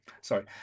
Sorry